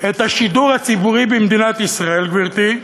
את השידור הציבורי במדינת ישראל, גברתי,